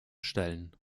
stellen